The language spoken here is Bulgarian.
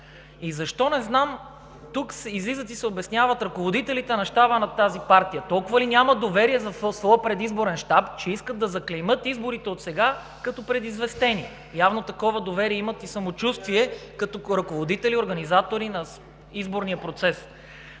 Не знам защо тук излизат и се обясняват ръководителите на щаба на тази партия? Толкова ли нямат доверие в своя предизборен щаб, че искат да заклеймят изборите отсега като предизвестени? Явно такова доверие и самочувствие имат като ръководители и организатори на изборния процес!